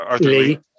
Lee